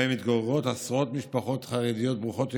שבהם מתגוררות עשרות משפחות חרדיות ברוכות ילדים.